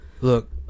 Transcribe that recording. Look